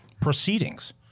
proceedings